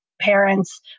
parents